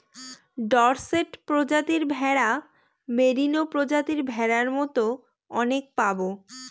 Dorset প্রজাতির ভেড়া, merino প্রজাতির ভেড়ার মতো অনেক পাবো